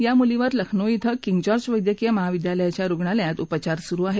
या मुलीवर लखनौ कें किंग जॉर्ज वैद्यकीय महाविद्यालयाच्या रुणालयात उपचार सुरु आहेत